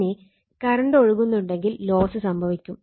ഇനി കറണ്ട് ഒഴുകുന്നുണ്ടെങ്കിൽ ലോസ് സംഭവിക്കും